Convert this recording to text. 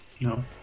No